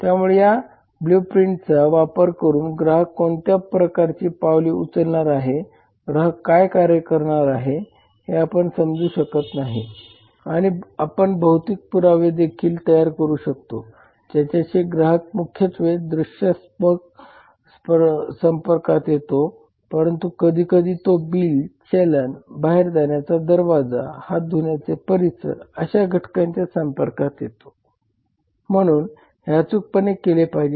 त्यामुळे या ब्लूप्रिंटचा वापर करून ग्राहक कोणत्या प्रकारची पावले उचलणार आहे ग्राहक काय कार्य करणार आहे हे आपण समजू शकत नाही आणि आपण भौतिक पुरावे देखील तयार करू शकतो ज्यांच्याशी ग्राहक मुख्यत्वे दृश्यास्पद संपर्कात येतो परंतु कधीकधी तो बिल चलन बाहेर जाण्याचा दरवाजा हाथ धुण्याचे परिसर अशा घटकांच्या संपर्कात येतो म्हणून हे अचूकपणे केले पाहिजे